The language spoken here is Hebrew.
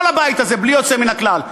כל הבית הזה, בלי יוצא מן הכלל.